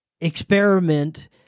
experiment